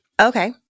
Okay